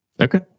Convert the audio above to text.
Okay